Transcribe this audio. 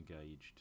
engaged